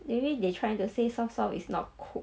maybe they're trying to say soft soft it's not cooked